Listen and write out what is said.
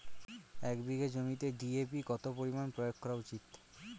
এক বিঘে জমিতে ডি.এ.পি কত পরিমাণ প্রয়োগ করা উচিৎ?